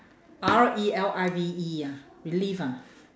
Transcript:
R E L I V E ah relive ah